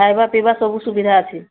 ଖାଇବା ପିଇବା ସବୁ ସୁବିଧା ଅଛି